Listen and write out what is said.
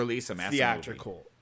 theatrical